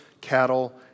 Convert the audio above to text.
cattle